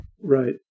right